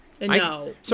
No